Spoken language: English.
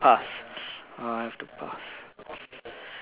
I have to pass